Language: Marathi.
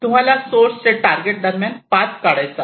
तुम्हाला सोर्स ते टारगेट दरम्यान पाथ काढायचा आहे